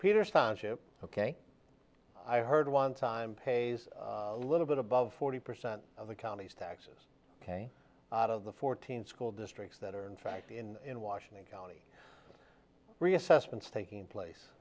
peter sonship ok i heard one time pays a little bit above forty percent of the county's taxes ok out of the fourteen school districts that are in fact in a washington county reassessments taking place